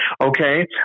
Okay